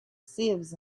sieves